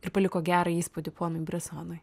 ir paliko gerą įspūdį ponui bresonui